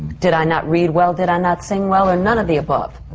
did i not read well? did i not sing well? or none of the above?